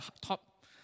top